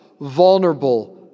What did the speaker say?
vulnerable